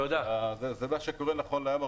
זה מה שקורה נכון להיום,